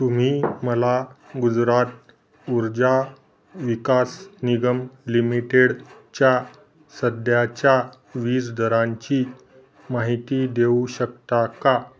तुम्ही मला गुजरात ऊर्जा विकास निगम लिमिटेडच्या सध्याच्या वीज दरांची माहिती देऊ शकता का